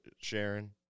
Sharon